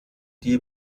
die